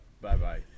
Bye-bye